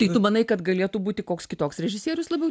ir manai kad galėtų būti koks kitoks režisierius labiau